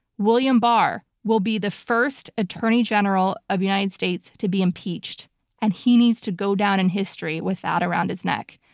william barr will be the first attorney general of the united states to be impeached and he needs to go down in history with that around his neck.